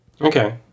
Okay